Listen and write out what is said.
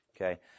okay